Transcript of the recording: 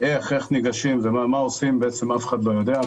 איך ניגשים, מה עושים - אף אחד לא יודע.